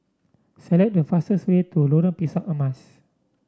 select the fastest way to Lorong Pisang Emas